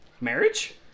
Marriage